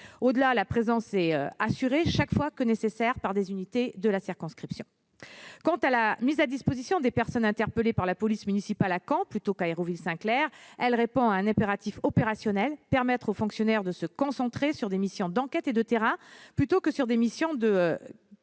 Au-delà, la présence est assurée chaque fois que nécessaire par des unités de la circonscription. Quant à la mise à disposition des personnes interpellées par la police municipale à Caen plutôt qu'à Hérouville-Saint-Clair, elle répond à un impératif opérationnel : permettre aux fonctionnaires de se concentrer sur des missions d'enquête et de terrain plutôt que sur des missions de